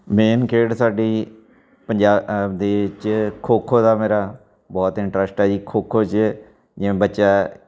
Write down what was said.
main ਖੇਡ ਸਾਡੀ ਪੰਜਾ ਦੇ 'ਚ ਖੋ ਖੋ ਦਾ ਮੇਰਾ ਬਹੁਤ ਇੰਟਰਸਟ ਹੈ ਜੀ ਖੋ ਖੋ 'ਚ ਜਿਵੇਂ ਬੱਚਾ